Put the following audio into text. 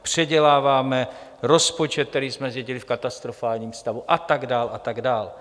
Předěláváme rozpočet, který jsme zdědili v katastrofálním stavu, a tak dál a tak dál.